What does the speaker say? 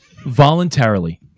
Voluntarily